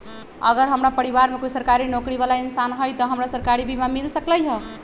अगर हमरा परिवार में कोई सरकारी नौकरी बाला इंसान हई त हमरा सरकारी बीमा मिल सकलई ह?